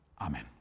Amen